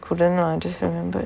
couldn't one just I remembered